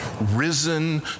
Risen